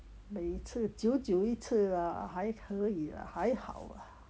每一次就就一次 lah 还可以 lah 还好啊